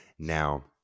Now